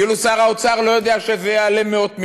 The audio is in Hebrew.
כאילו שר האוצר לא יודע שזה יעלה מאות מיליונים.